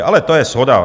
Ale to je shoda.